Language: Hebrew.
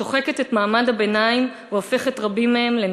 שוחקת את מעמד הביניים והופכת רבים מהם לנזקקים.